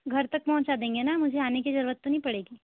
घर तक पहुँचा देंगे ना मुझे आने की ज़रूरत तो नहीं पड़ेगी